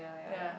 ya